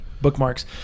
bookmarks